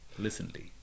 Listenly